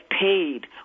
paid